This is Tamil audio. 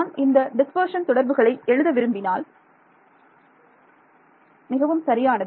நான் இந்த டிஸ்பர்ஷன் தொடர்புகளை எழுத விரும்பினால் மாணவர் மிகவும் சரியானது